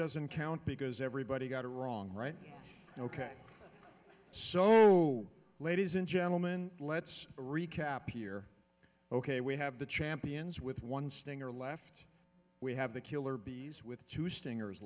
doesn't count because everybody got a wrong right ok so ladies and gentlemen let's recap here ok we have the champions with one stinger left we have the killer bees with two stingers